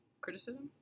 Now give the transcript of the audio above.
criticism